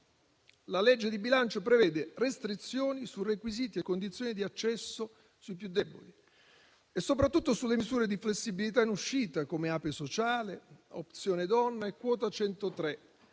La legge di bilancio prevede restrizioni sui requisiti e condizioni di accesso sui più deboli e soprattutto sulle misure di flessibilità in uscita come Ape sociale, Opzione donna e Quota 103.